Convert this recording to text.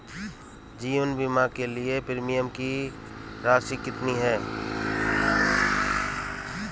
जीवन बीमा के लिए प्रीमियम की राशि कितनी है?